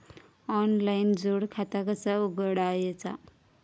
Online जोड खाता कसा उघडायचा?